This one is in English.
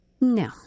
No